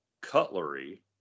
cutlery